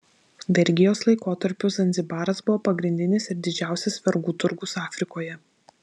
vergijos laikotarpiu zanzibaras buvo pagrindinis ir didžiausias vergų turgus afrikoje